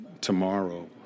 tomorrow